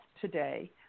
today